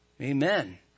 Amen